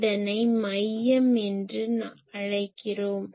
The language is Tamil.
இதனை மையம் என்று அழைக்கிறோம்